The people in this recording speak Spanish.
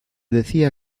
decía